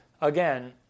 again